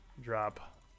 drop